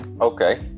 Okay